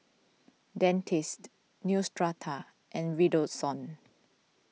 Dentiste Neostrata and Redoxon